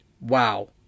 Wow